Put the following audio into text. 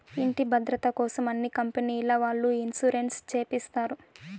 ఇంటి భద్రతకోసం అన్ని కంపెనీల వాళ్ళు ఇన్సూరెన్స్ చేపిస్తారు